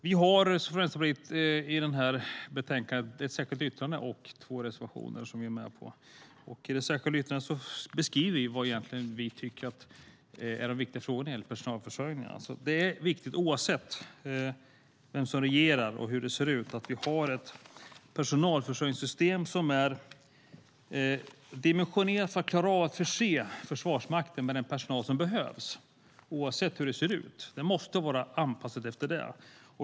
Vi har från Vänsterpartiet i det här betänkandet ett särskilt yttrande och två reservationer, som jag nämnde. I det särskilda yttrandet beskriver vi vad vi egentligen tycker är de viktiga frågorna när det gäller personalförsörjningen. Oavsett vem som regerar och hur det ser ut är det viktigt att vi har ett personalförsörjningssystem som är dimensionerat för att klara av att förse Försvarsmakten med den personal som behövs. Det måste vara anpassat efter det.